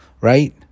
right